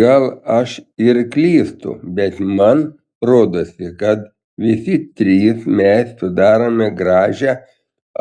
gal aš ir klystu bet man rodosi kad visi trys mes sudarome gražią